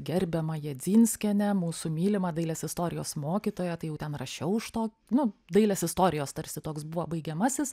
gerbiamą jedzinskienę mūsų mylimą dailės istorijos mokytoją tai jau ten rašiau iš to nu dailės istorijos tarsi toks buvo baigiamasis